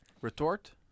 Retort